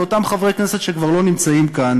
לאותם חברי כנסת שכבר לא נמצאים כאן,